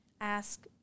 ask